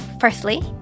Firstly